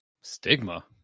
stigma